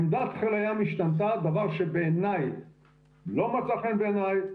עמדת חיל הים השתנתה, זה דבר שלא מצא חן בעיניי.